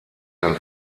sein